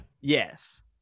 yes